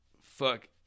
fuck